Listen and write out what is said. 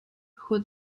who